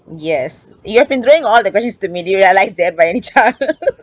yes you have been throwing all the questions to me do you realise that by any chance